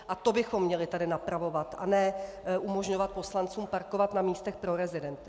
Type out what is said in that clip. A to bychom tady měli napravovat, a ne umožňovat poslancům parkovat na místech pro rezidenty.